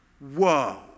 Whoa